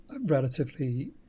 Relatively